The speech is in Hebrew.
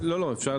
לא, רק לשאול.